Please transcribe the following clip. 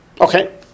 Okay